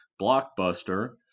blockbuster